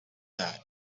that